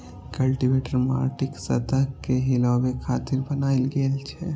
cultivator माटिक सतह कें हिलाबै खातिर बनाएल गेल छै